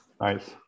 Nice